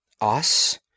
Us